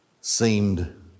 seemed